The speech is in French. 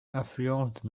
influencent